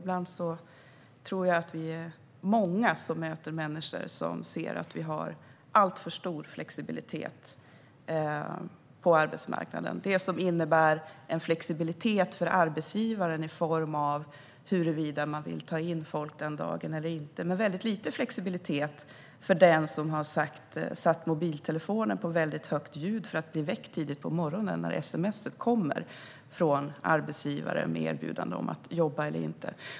Jag tror att vi är många som ibland möter människor som anser att vi har alltför stor flexibilitet på arbetsmarknaden för arbetsgivaren, som ska bestämma om det behöver tas in folk under dagen eller inte, men väldigt lite flexibilitet för den som har satt mycket högt ljud på mobiltelefonen för att bli väckt tidigt på morgonen när det eventuellt kommer ett sms från arbetsgivaren med erbjudande om att jobba.